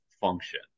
function